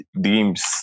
dreams